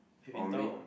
or may~